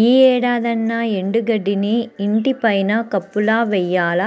యీ ఏడాదన్నా ఎండు గడ్డిని ఇంటి పైన కప్పులా వెయ్యాల,